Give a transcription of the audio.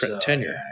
Tenure